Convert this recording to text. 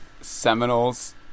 Seminoles